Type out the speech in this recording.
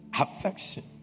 affection